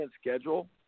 schedule